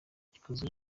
gikozwe